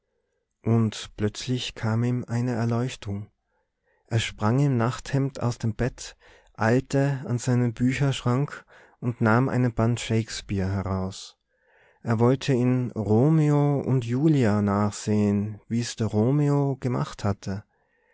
und plötzlich kam ihm eine erleuchtung er sprang im nachthemd aus dem bett eilte an seinen bücherschrank und nahm einen band shakespeare heraus er wollte in romeo und julia nachsehen wie's der romeo gemacht hatte